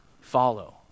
follow